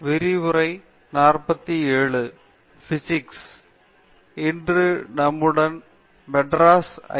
பேராசிரியர் பிரதாப் ஹரிதாஸ் வணக்கம் இன்று நம்முடன் மெட்ராஸ் ஐ